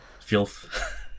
Filth